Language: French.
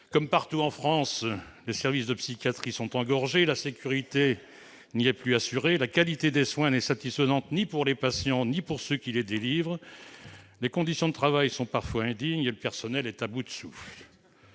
Comme partout en France, les services de psychiatrie sont engorgés, la sécurité n'y est plus assurée, la qualité des soins n'est satisfaisante ni pour les patients ni pour ceux qui les délivrent, les conditions de travail sont parfois indignes et le personnel est à bout de souffle.